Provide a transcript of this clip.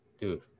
Dude